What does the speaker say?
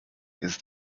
jest